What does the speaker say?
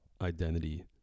identity